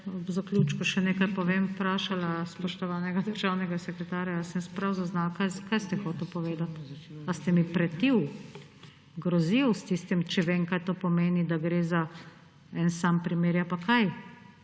ob zaključku še nekaj povem, vprašala spoštovanega državnega sekretarja, ali sem prav zaznala. Kaj ste hoteli povedati? A ste mi pretili? Grozili, s tistim, če vem, kaj to pomeni, da gre za en sam primer? Ja pa kaj?